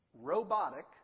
robotic